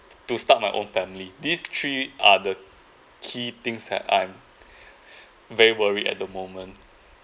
to start my own family these three are the key things that I'm very worry at the moment